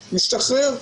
משתחרר.